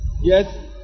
Yes